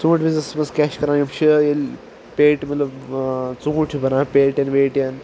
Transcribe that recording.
ژونٛٹھۍ بِزنِسس منٛز کیاہ چھِ کران یِم چھِ ییٚلہِ پیٹہِ مطلب ژونٛٹھۍ چھِ بَران پیٹین ویٹین